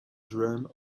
drums